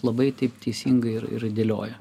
labai taip teisingai ir ir dėlioja